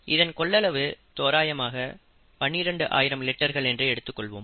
இதன் கொள்ளளவு தோராயமாக 12 ஆயிரம் லிட்டர்கள் என்று எடுத்துக்கொள்வோம்